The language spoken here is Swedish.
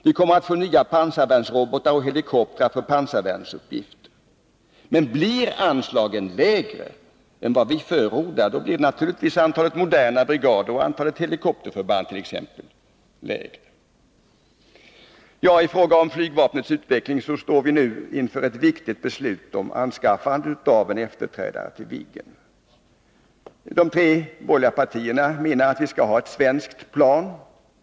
Vi skulle kunna få nya pansarvärnsrobotar och helikoptrar för pansarvärnsuppgifter. Men blir anslagen lägre än vad vi förordar, blir exempelvis antalet moderna brigader och antalet helikopterförband naturligtvis också lägre. I fråga om flygvapnets utveckling står vi nu inför ett viktigt beslut om anskaffande av en efterträdare till Viggen. De tre borgerliga partierna menar att vi skall ha ett svenskt plan.